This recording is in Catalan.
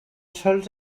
sols